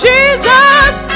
Jesus